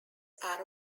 are